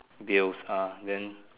bills uh then